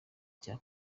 icya